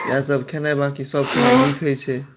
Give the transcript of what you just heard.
इएहसभ खेनाइ बाँकी सभ खेनाइ नीक होइत छै